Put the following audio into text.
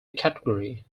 category